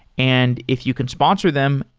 and if you can sponsor them,